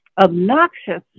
obnoxious